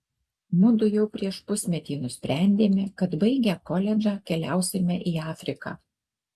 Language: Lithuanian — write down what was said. mudu jau prieš pusmetį nusprendėme kad baigę koledžą keliausime į afriką